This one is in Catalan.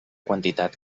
quantitat